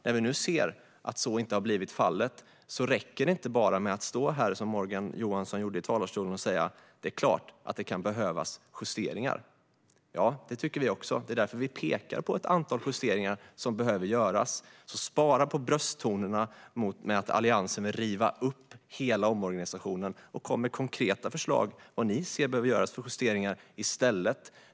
När vi nu ser att så inte blivit fallet räcker det inte med att bara stå här i talarstolen, som Morgan Johansson gjorde, och säga att det är klart att det kan behövas justeringar. Ja, det tycker vi också, och det är därför vi pekar på ett antal justeringar som behöver göras. Spara på brösttonerna när det gäller att Alliansen vill riva upp hela omorganisationen, och kom med konkreta förslag på de justeringar som ni anser behöver göras i stället!